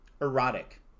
Erotic